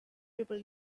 people